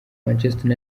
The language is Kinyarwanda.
manchester